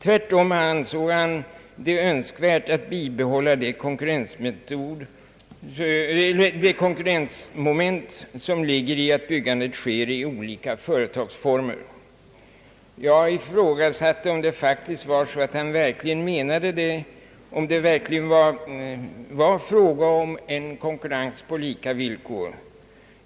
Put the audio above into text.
Tvärtom ansåg han det önskvärt att bibehålla det konkurrensmoment som ligger i att byggandet sker i olika företagsformer. Jag ifrågasatte om han faktiskt menade det och om det verkligen gällde en konkurrens på lika villkor.